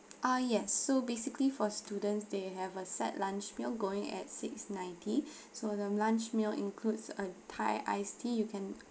ah yes so basically for students they have a set lunch meal going at six ninety so the lunch meal includes a thai iced tea you can